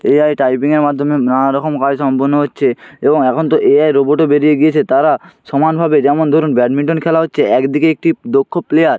AI টাইপিংয়ের মাধ্যমে নানারকম কাজ সম্পন্ন হচ্ছে এবং এখন তো এ আই রোবটও বেরিয়ে গিয়েছে তারা সমানভাবে যেমন ধরুন ব্যাডমিন্টন খেলা হচ্ছে একদিকে একটি দক্ষ প্লেয়ার